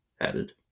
added